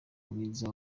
mwiza